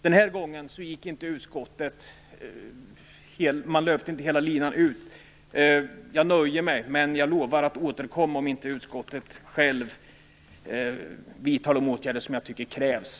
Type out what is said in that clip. Den här gången löpte utskottet inte hela linan ut. Jag nöjer mig, men jag lovar att återkomma om inte utskottet självt vidtar de åtgärder som jag tycker krävs.